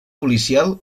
policial